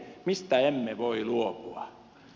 mistä emme voi luopua